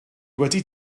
wedi